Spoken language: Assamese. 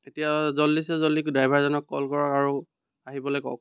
এতিয়া জলদিচে জলদি ড্ৰাইভাৰজনক কল কৰক আৰু আহিবলৈ কওক